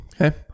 okay